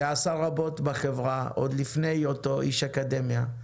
שעשה רבות בחברה עוד לפני היותו איש אקדמיה.